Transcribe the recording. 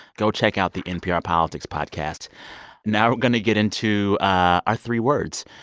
go check out the npr politics podcast now we're going to get into our three words.